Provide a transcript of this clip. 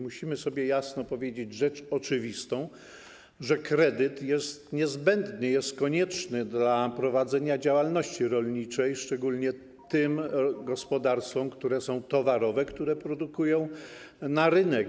Musimy sobie jasno powiedzieć rzecz oczywistą, że kredyt jest niezbędny, jest konieczny do prowadzenia działalności rolniczej, szczególnie dla tych gospodarstw, które są towarowe, które produkują na rynek.